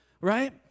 right